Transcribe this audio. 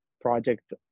project